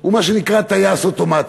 הוא מה שנקרא "טייס אוטומטי".